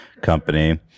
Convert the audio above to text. company